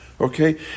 okay